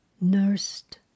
nursed